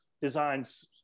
designs